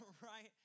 right